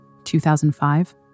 2005